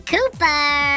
Cooper